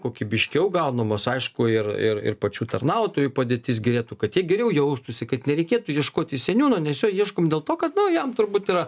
kokybiškiau gaunamos aišku ir ir ir pačių tarnautojų padėtis gerėtų kad jie geriau jaustųsi kad nereikėtų ieškoti seniūno nes jo ieškom dėl to kad nu jam turbūt yra